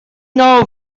know